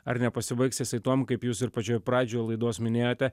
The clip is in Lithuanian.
ar nepasibaigs jisai tuom kaip jūs ir pačioj pradžioje laidos minėjote